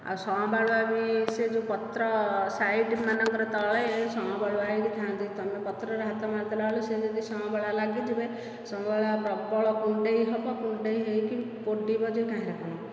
ଆଉ ସଁବାଳୁଆ ବି ସେ ଯେଉଁ ପତ୍ର ସାଇଡ୍ ମାନଙ୍କରେ ତଳେ ସଁବାଳୁଆ ହୋଇକି ଥା'ନ୍ତି ତୁମେ ପତ୍ରରେ ହାତ ମାରିଦେଲା ବେଳକୁ ସେ ଯଦି ସଁବାଳୁଆ ଲାଗିଯିବେ ସଁବାଳୁଆ ପ୍ରବଳ କୁଣ୍ଡେଇ ହେବ କୁଣ୍ଡେଇ ହୋଇକିନି ପୋଡ଼ିବ ଯେ କାହିଁରେ କ'ଣ